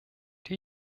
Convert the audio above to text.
die